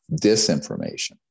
disinformation